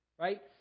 Right